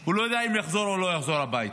הוא לא יודע אם יחזור או לא יחזור הביתה.